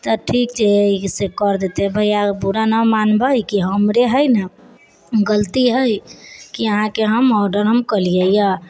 तऽ ठीक छै से कर देतै भैया बुरा न मानबै कि हमरे हइ न गलती हइ कि अहाँकेँ हम ऑर्डर हम कलिऐ यऽ